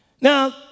Now